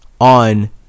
on